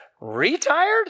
retired